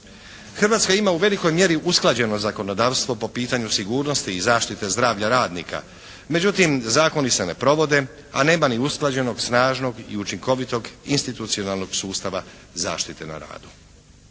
Hrvatska ima u velikoj mjeri usklađeno zakonodavstvo po pitanju sigurnosti i zaštite zdravlja radnika. Međutim, zakoni se ne provode, a nema ni usklađenog, snažnog i učinkovitog institucionalnog sustava zaštite na radu.